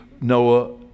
Noah